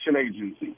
agency